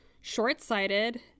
short-sighted